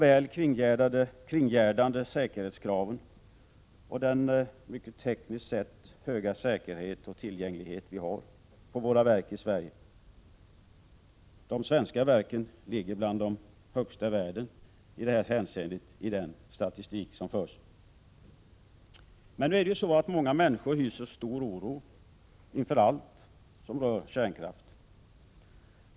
Vem informerar om de väl kringgärdade säkerhetskraven och om den tekniskt sett mycket höga säkerheten och tillgängligheten vid våra kärnkraftverk i Sverige? I detta hänseende ligger de svenska kärnkraftverken mycket högt, bland de högsta i världen, i den statistik som förs. Många människor hyser stor oro inför allt som rör kärnkraften.